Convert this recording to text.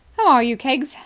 how are you, keggs?